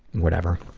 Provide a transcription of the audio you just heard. and whatever,